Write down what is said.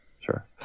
sure